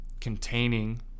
containing